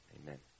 amen